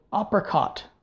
apricot